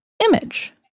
image